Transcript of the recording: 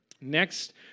Next